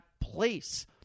place